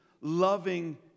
loving